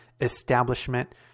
establishment